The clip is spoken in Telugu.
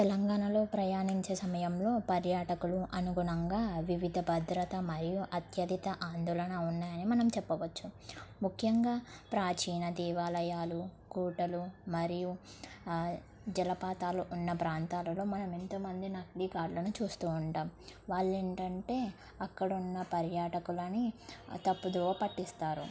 తెలంగాణలో ప్రయాణించే సమయంలో పర్యాటకులు అనుగుణంగా వివిధ భద్రత మరియు అత్యధిక ఆందోళన ఉన్నాయని మనం చెప్పవచ్చు ముఖ్యంగా ప్రాచీన దేవాలయాలు కోటలు మరియు జలపాతాలు ఉన్న ప్రాంతాలలో మనం ఎంతోమంది నగడిగాారులను చూస్తూ ఉంటాం వాళ్ళు ఏంటంటే అక్కడున్న పర్యాటకులని తప్పుదోవ పట్టిస్తారు